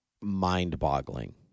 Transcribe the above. Mind-boggling